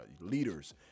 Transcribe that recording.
leaders